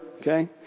Okay